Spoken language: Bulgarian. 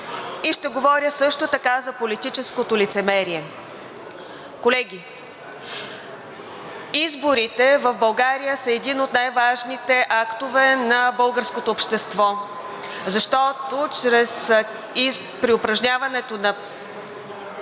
ще говоря също така и за политическото лицемерие. Колеги, изборите в България са един от най-важните актове на българското общество, защото при упражняването на